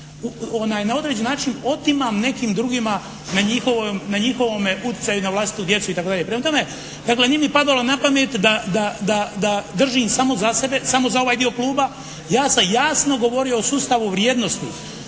na određeni način otimam nekim drugima na njihovome utjecaju i na vlastitoj djeci itd. Prema tome, dakle nije mi padalo na pamet da držim samo za sebe, samo za ovaj dio kluba. Ja sam jasno govorio o sustavu vrijednosti.